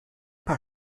paar